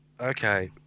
Okay